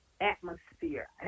atmosphere